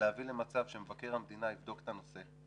להביא למצב שמבקר המדינה יבדוק את הנושא,